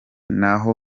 naho